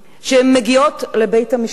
שמגיעות לבית-המשפט,